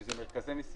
שזה מרכזי מסירה.